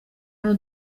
hano